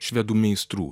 švedų meistrų